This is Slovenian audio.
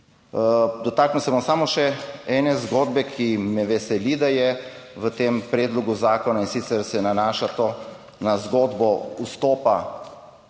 Dotaknil se bom samo še ene zgodbe, ki me veseli, da je v tem predlogu zakona in sicer se nanaša to na zgodbo vstopa